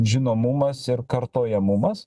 žinomumas ir kartojamumas